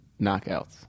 knockouts